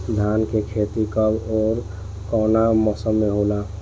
धान क खेती कब ओर कवना मौसम में होला?